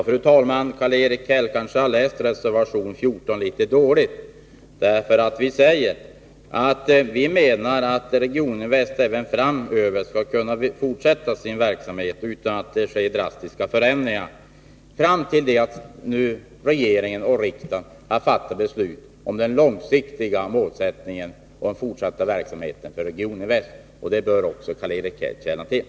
Fru talman! Karl-Erik Häll kanske har läst reservation 14 litet dåligt. Vi säger nämligen att vi anser att Regioninvest även framöver skall kunna fortsätta sin verksamhet utan drastiska förändringar fram till det att regeringen och riksdagen har fattat beslut om den långsiktiga målsättningen och den fortsatta verksamheten för Regioninvest. Det bör också Karl-Erik Häll känna till.